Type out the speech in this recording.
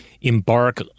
embark